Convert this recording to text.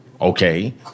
Okay